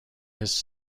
his